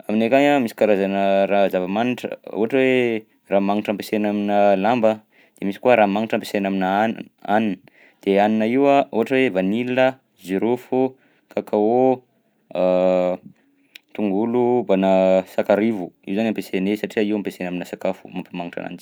Aminay akagny a misy karazana raha zava-magnitra ohatra hoe ranomagnitra ampiasaina aminà lamba, de misy ranomagnitra ampiasaina aminà hania- hanina, de hanina io a ohatra hoe vanila, jirofo, caca, tongolo banà sakarivo, io zany ampiasainay satria io ampiasaina aminà sakafo, mampamagnitra ananjy.